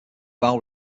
vowel